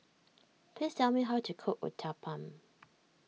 please tell me how to cook Uthapam